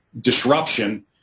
disruption